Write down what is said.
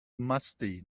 musty